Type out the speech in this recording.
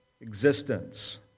existence